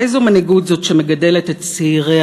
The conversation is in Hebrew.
איזו מנהיגות זאת שמגדלת את צעיריה